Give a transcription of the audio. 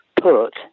put